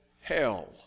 hell